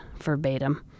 verbatim